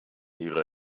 ihre